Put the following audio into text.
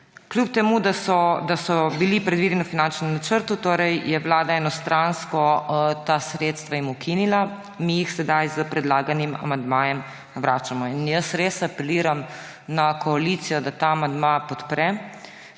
Kljub temu da so bili predvideni v finančnem načrtu, jim je Vlada enostransko ta sredstva ukinila, mi jih sedaj s predlaganim amandmajem vračamo. Res apeliram na koalicijo, da ta amandma podpre,